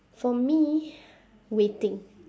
for me waiting